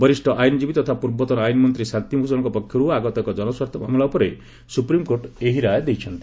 ବରିଷ୍ଣ ଆଇନଜୀବୀ ତଥା ପୂର୍ବତନ ଆଇନ ମନ୍ତ୍ରୀ ଶାନ୍ତିଭ୍ଷଣଙ୍କ ପକ୍ଷରୁ ଆଗତ ଏକ ଜନସ୍ୱାର୍ଥ ମାମଲା ଉପରେ ସୁପ୍ରିମ୍କୋର୍ଟ ଏହି ରାୟ ଦେଇଛନ୍ତି